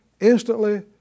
instantly